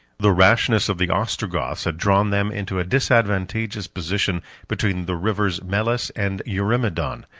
the rashness of the ostrogoths had drawn them into a disadvantageous position between the rivers melas and eurymedon,